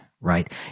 right